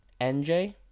NJ